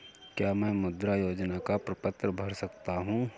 क्या मैं मुद्रा योजना का प्रपत्र भर सकता हूँ?